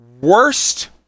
worst